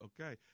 Okay